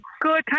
Good